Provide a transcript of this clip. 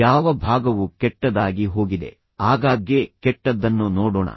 ಯಾವ ಭಾಗವು ಕೆಟ್ಟದಾಗಿ ಹೋಗಿದೆ ಆಗಾಗ್ಗೆ ಕೆಟ್ಟದ್ದನ್ನು ನೋಡೋಣ